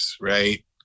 right